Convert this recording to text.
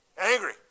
angry